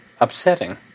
upsetting